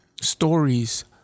stories